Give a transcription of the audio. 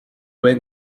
went